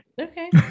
Okay